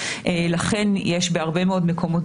לכן אני חושב שהדיוק הזה בסוגיה כדי